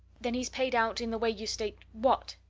then he's paid out in the way you state what?